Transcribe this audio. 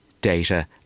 data